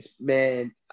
man